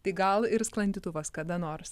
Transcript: tai gal ir sklandytuvas kada nors